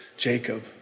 Jacob